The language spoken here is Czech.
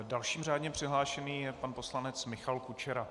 Dalším řádně přihlášeným je pan poslanec Michal Kučera.